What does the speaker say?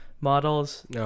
models